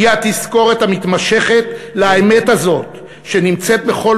היא התזכורת המתמשכת לאמת הזאת שנמצאת בכל